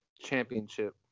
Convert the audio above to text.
championship